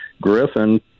Griffin